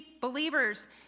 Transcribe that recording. believers